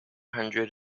hundred